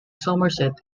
somerset